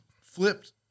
flipped